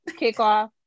kickoff